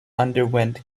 underwent